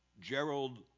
Gerald